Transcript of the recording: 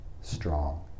strong